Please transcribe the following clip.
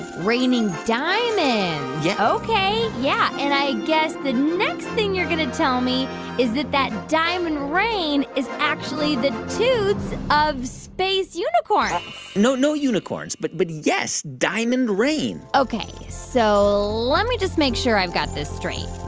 raining diamonds. yeah ok, yeah, and i guess the next thing you're going to tell me is that that diamond rain is actually the tooths of space unicorns no, no unicorns. but, but yes, diamond rain ok, so let me just make sure i've got this straight.